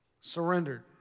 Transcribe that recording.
surrendered